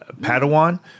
padawan